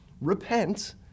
repent